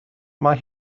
mae